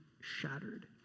shattered